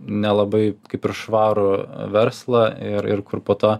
nelabai kaip ir švarų verslą ir ir kur po to